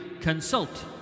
consult